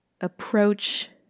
approach